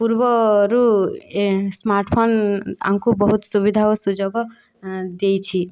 ପୂର୍ବରୁ ସ୍ମାର୍ଟଫୋନ୍ ଆମକୁ ବହୁତ ସୁବିଧା ଓ ସୁଯୋଗ ଦେଇଛି